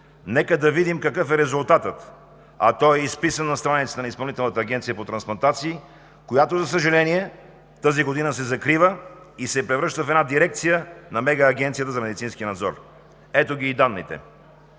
нека да видим какъв е резултатът, а той е изписан на страницата на Изпълнителната агенция по трансплантация, която, за съжаление, тази година се закрива и се превръща в дирекция на мега Агенцията за медицински надзор. Ето данните: